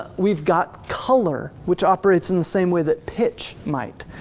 we've got color which operates in the same way that pitch might.